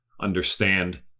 understand